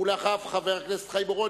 אחריו, חבר הכנסת חיים אורון,